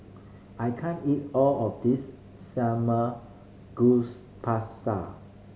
I can't eat all of this Samgyeopsal